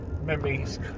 memories